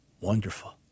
wonderful